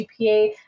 GPA